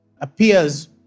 appears